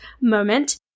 moment